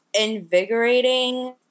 invigorating